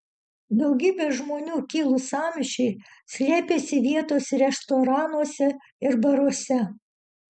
daugybė žmonių kilus sąmyšiui slėpėsi vietos restoranuose ir baruose